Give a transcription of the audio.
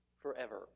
forever